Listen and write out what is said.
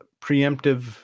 preemptive